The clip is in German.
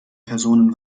personen